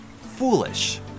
foolish